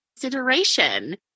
consideration